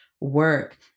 work